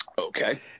Okay